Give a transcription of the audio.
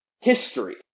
history